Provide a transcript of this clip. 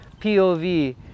POV